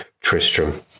tristram